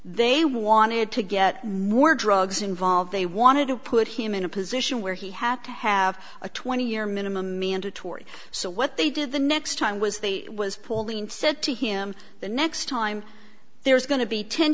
they wanted to get more drugs involved they wanted to put him in a position where he had to have a twenty year minimum mandatory so what they did the next time was they was pauline said to him the next time there's going to be ten